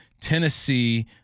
Tennessee